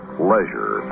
pleasure